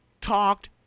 talked